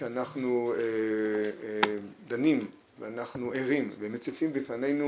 שאנחנו דנים ואנחנו ערים ומציפים בפנינו